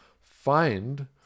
find